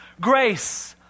grace